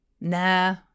Nah